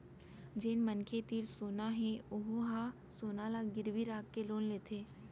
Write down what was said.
जेन मनखे तीर सोना हे वहूँ ह सोना ल गिरवी राखके लोन लेथे